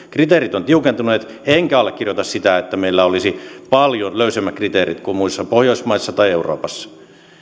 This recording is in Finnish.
kriteerit ovat tiukentuneet enkä allekirjoita sitä että meillä olisi paljon löysemmät kriteerit kuin muissa pohjoismaissa tai euroopassa